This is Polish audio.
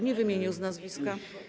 Nie wymienił z nazwiska.